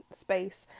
space